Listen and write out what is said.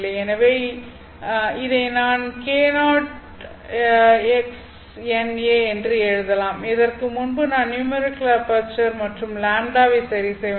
எனவே இதை நான் k0axNA என்று எழுதலாம் இதற்கு முன்பு நான் நியூமெரிகல் அபெர்ச்சர் மற்றும் λ வை சரி செய்ய வேண்டும்